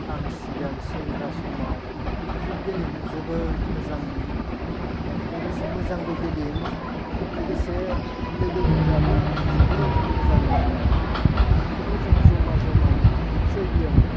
आं सिगां सेंग्रा समाव फुथ गेलेनो जोबोद मोजांमोनोमोन लोगोसे मोजांबो गेलेयोमोन लोगोसे लोगोफोराबो आंखौ जोबोद मोजां मोनोमोन आरो जों जमा जमानो बुहुद जायगायावनो